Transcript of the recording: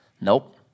Nope